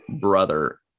brother